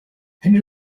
henry